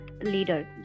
leader